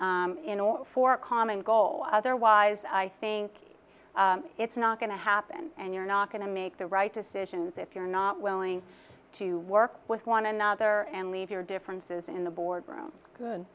together in order for a common goal otherwise i think it's not going to happen and you're not going to make the right decisions if you're not willing to work with one another and leave your differences in the boardroom